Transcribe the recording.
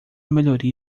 melhoria